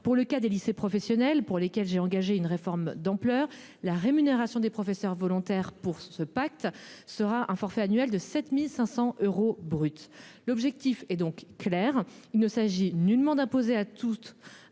pour le cas des lycées professionnels pour lesquels j'ai engagé une réforme d'ampleur. La rémunération des professeurs volontaires pour ce pacte sera un forfait annuel de 7500 euros brut. L'objectif est donc clair, il ne s'agit nullement d'imposer à toutes